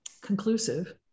conclusive